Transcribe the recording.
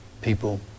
people